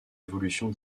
évolutions